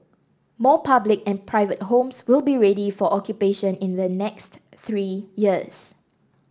more public and private homes will be ready for occupation in the next three years